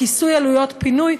לכיסוי עלויות פינוי,